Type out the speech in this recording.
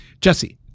Jesse